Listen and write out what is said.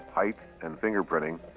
height and fingerprinting,